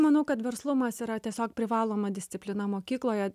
manau kad verslumas yra tiesiog privaloma disciplina mokykloje